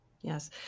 Yes